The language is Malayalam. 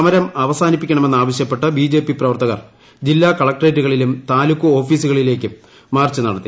സമരം അവസാനിപ്പിക്കണ്മെന്നാ്വശ്യപ്പെട്ട് ബിജെപി പ്രവർത്തകർ ജില്ലാ കളക്ട്രേറ്റുകളിലും ് താലൂക്ക് ഓഫീസുകളിലേക്കും മാർച്ച് നടത്തി